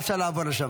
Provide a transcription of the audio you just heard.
אפשר לעבור שם.